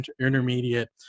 intermediate